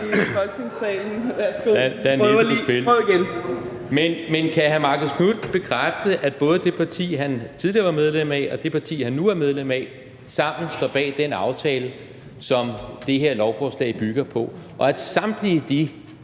»vi Konservative«. Men kan hr. Marcus Knuth bekræfte, at både det parti, han tidligere var medlem af, og det parti, han nu er medlem af, sammen står bag den aftale, som det her lovforslag bygger på, og at samtlige de